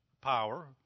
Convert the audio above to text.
power